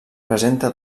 presenta